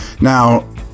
Now